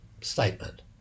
statement